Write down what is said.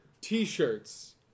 T-shirts